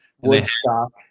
Woodstock